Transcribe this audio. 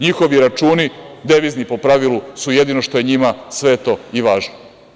Njihovi računi, devizni, po pravilu, su jedino što je njima sveto i važno.